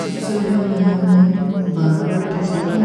ସବସେ ପହିଲେ ହମେଂ ବାର-ବାର ଠୀଜୀବା,